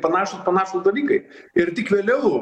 panašūs panašūs dalykai ir tik vėliau